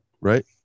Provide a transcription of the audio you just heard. Right